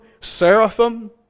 seraphim